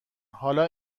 حالا